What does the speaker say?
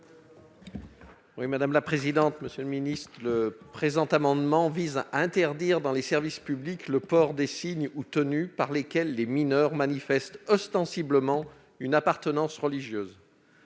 : La parole est à M. Bernard Fialaire. Le présent amendement vise à interdire, dans les services publics, le port des signes ou de tenues par lesquels les mineurs manifestent ostensiblement une appartenance religieuse.